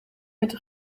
mit